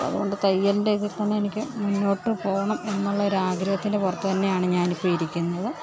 അപ്പം അതുകൊണ്ട് തയ്യലിൻ്റെ ഇതിൽ തന്നെ എനിക്ക് മുന്നോട്ട് പോകണം എന്നുള്ള ഒരു ആരാഗ്രഹത്തിൻ്റെ പുറത്ത് തന്നെയാണ് ഞാൻ ഇപ്പം ഇരിക്കുന്നത്